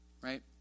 right